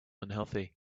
unhealthy